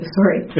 sorry